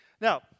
Now